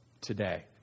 today